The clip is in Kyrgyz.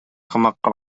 камакка